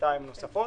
לשנתיים נוספות,